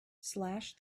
slash